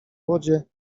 łodzie